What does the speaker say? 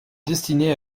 destiné